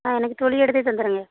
ஆ எனக்கு தொலி எடுத்தே தந்துடுங்க